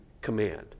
command